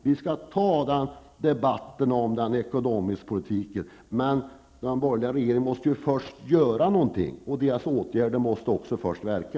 Vi skall ta en debatt om den ekonomiska politiken, men den borgerliga regeringen måste ju först göra någonting, och deras åtgärder måste först verka.